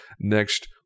next